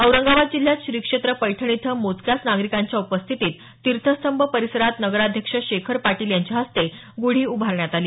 औरंगाबाद जिल्ह्यात श्री क्षेत्र पैठण इथं मोजक्याच नागरिकांच्या उपस्थितीत तीर्थस्तंभ परिसरात नगराध्यक्ष शेखर पाटील यांच्या हस्ते ग्रढी उभारण्यात आली